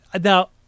now